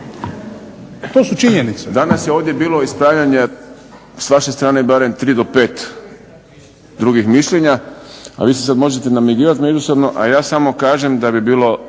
To su činjenice.